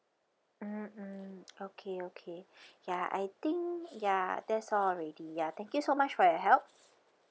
mm mm okay okay ya I think ya that's all already ya thank you so much for your help